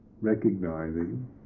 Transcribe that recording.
recognizing